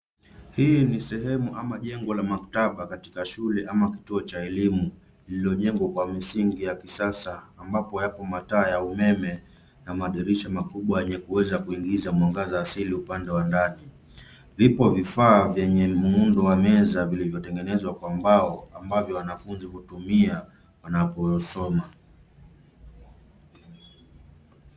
Hii ni jengo la maktaba katika shule au sehemu katika kituo cha elimu iliyojengwa kwa msingi wa kisasa ambapo yapo mataa ya umeme na madirisha makubwa yanayoweza kuingiza mwanga asili upande wa ndani. Vipo vifaa vyenye muundo wa meza vilivyotengenezwa kwa mbao, ambavyo wanafunzi hutumia wanaposoma.